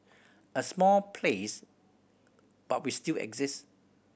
a small place but we still exist